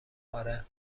آره